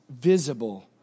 visible